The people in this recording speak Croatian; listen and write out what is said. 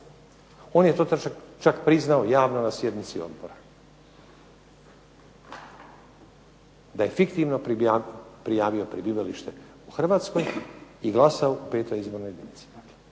On je to čak priznao javno na sjednici odbora, da je fiktivno prijavio prebivalište u Hrvatskoj i glasao u 5. izbornoj jedinici